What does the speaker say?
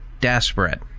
desperate